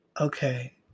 okay